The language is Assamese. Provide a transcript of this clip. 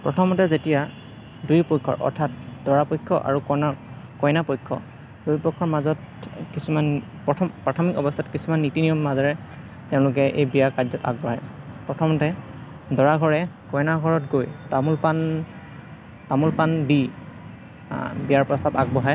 প্ৰথমতে যেতিয়া দুইপক্ষ অৰ্থাৎ দৰা পক্ষ আৰু কনা কইনা পক্ষ দুই পক্ষৰ মাজত কিছুমান প্ৰথম প্ৰাথমিক অৱস্থাত কিছুমান নীতি নিয়মৰ মাজেৰে তেওঁলোকে এই বিয়া কাৰ্য আগবঢ়ায় প্ৰথমতে দৰা ঘৰে কইনা ঘৰত গৈ তামোল পাণ তামোল পাণ দি বিয়াৰ পস্তাৱ আগবঢ়ায়